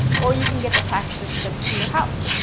or you can get the packages shipped to your house.